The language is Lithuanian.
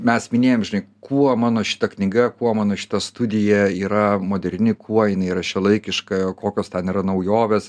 mes minėjom žinai kuo mano šita knyga kuo mano šita studija yra moderni kuo jinai yra šiuolaikiška kokios ten yra naujovės